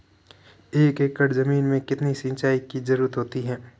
एक एकड़ ज़मीन में कितनी सिंचाई की ज़रुरत होती है?